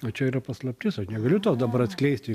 o čia yra paslaptis aš negaliu to dabar atskleisti